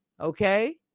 okay